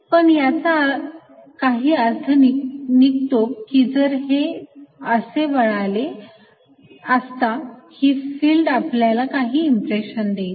पण याचा काही अर्थ निघतो की जर हे असे वळाले असता ती फिल्ड आपल्याला काही इम्प्रेशन देईल